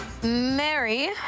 Mary